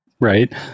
Right